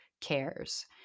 cares